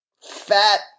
fat